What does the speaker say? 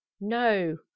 no